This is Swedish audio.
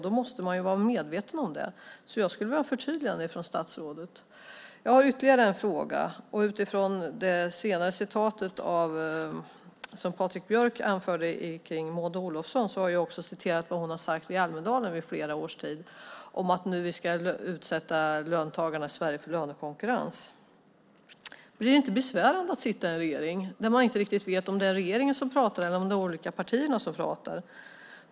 Det måste man vara medveten om. Jag skulle vilja ha ett förtydligande av statsrådet. Jag har ytterligare en fråga. Patrik Björck citerade Maud Olofsson. Jag har också citerat vad hon har sagt i Almedalen i flera års tid om att vi ska utsätta löntagarna i Sverige för lönekonkurrens. Blir det inte besvärande att sitta i en regering när man inte riktigt vet om det är regeringen eller de olika partierna som pratar?